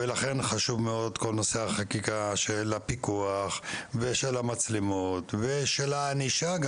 לכן חשוב מאוד כל נושא החקיקה של הפיקוח ושל המצלמות ושל הענישה.